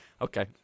Okay